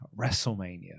WrestleMania